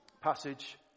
passage